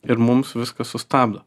ir mums viską sustabdo